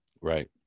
Right